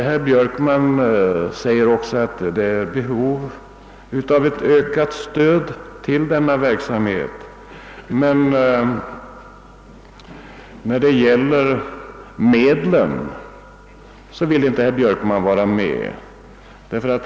Han medger också att det finns behov av ett ökat stöd till denna verksamhet, men när det gäller medlen will han inte vara med.